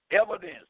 evidence